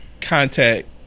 contact